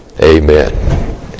amen